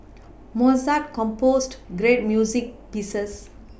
Mozart composed great music pieces